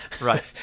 Right